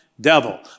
devil